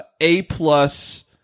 A-plus